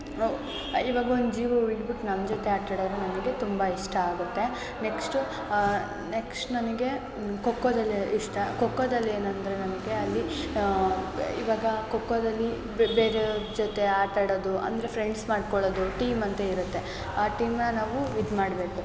ಇವಾಗೊಂದು ಜೀವ ಉಳಿದ್ಬಿಟ್ ನಮ್ಮ ಜೊತೆ ಆಟ ಆಡಿದ್ರೆ ನನಗೆ ತುಂಬ ಇಷ್ಟ ಆಗುತ್ತೆ ನೆಕ್ಷ್ಟು ನೆಕ್ಷ್ಟ್ ನನಗೆ ಖೋಖೋದಲ್ಲಿ ಇಷ್ಟ ಖೋಖೋದಲ್ಲಿ ಏನಂದ್ರೆ ನನಗೆ ಅಲ್ಲಿ ಇವಾಗ ಖೋಖೋದಲ್ಲಿ ಬೇರೆಯವ್ರ ಜೊತೆ ಆಟ ಆಡೋದು ಅಂದರೆ ಫ್ರೆಂಡ್ಸ್ ಮಾಡಿಕೊಳ್ಳೊದು ಟೀಮ್ ಅಂತ ಇರುತ್ತೆ ಆ ಟೀಮನ್ನ ನಾವು ಇದು ಮಾಡಬೇಕು